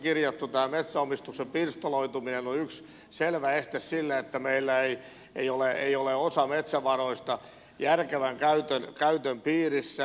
tämä metsäomistuksen pirstaloituminen on yksi selvä este sille että meillä ei ole osa metsävaroista järkevän käytön piirissä